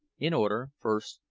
in order, first,